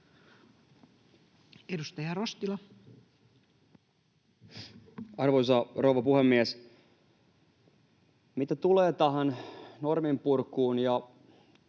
Edustaja Rostila. Arvoisa rouva puhemies! Mitä tulee tähän norminpurkuun